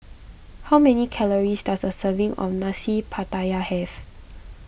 how many calories does a serving of Nasi Pattaya have